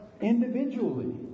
individually